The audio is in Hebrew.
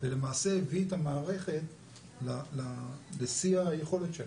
ולמעשה הביא את המערכת לשיא היכולת שלה.